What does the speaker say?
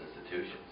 institutions